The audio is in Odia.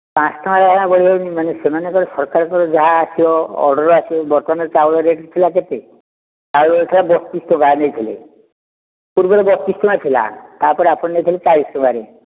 ପାଞ୍ଚ ଟଙ୍କାରେ ଆଜ୍ଞା ବଢି ଯାଉଛି ମାନେ ସେମାନଙ୍କର ସରକାରଙ୍କର ଯାହା ଆସିବ ଅର୍ଡ଼ର୍ ଆସିବ ବର୍ତ୍ତମାନ ଚାଉଳ ରେଟ୍ ଥିଲା କେତେ ଚାଉଳ ରେଟ୍ ଥିଲା ବତିଶ ଟଙ୍କାରେ ନେଇଥିଲେ ପୂର୍ବରୁ ବତିଶ ଟଙ୍କା ଥିଲା ତା'ପରେ ଆପଣ ନେଇଥିଲେ ଚାଳିଶ ଟଙ୍କାରେ